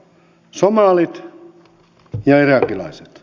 somalit ja irakilaiset